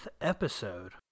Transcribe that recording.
episode